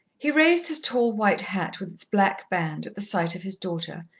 he raised his tall white hat with its black band, at the sight of his daughter,